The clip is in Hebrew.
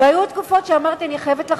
והיו תקופות שאמרתי: אני חייבת לחזור.